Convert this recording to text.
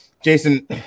Jason